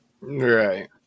right